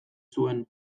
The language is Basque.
zuen